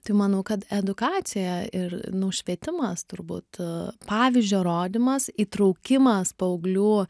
tai manau kad edukacija ir nu švietimas turbūt pavyzdžio rodymas įtraukimas paauglių